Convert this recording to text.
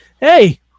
hey